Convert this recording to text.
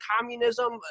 communism